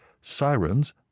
Sirens